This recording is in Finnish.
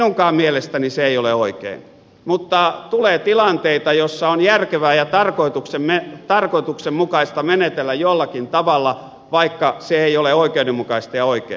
minunkaan mielestäni se ei ole oikein mutta tulee tilanteita joissa on järkevää ja tarkoituksenmukaista menetellä jollakin tavalla vaikka se ei ole oikeudenmukaista ja oikein